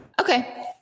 Okay